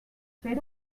fer